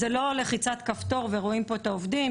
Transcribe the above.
זו לא לחיצת כפתור ורואים פה את העובדים.